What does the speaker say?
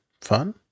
fun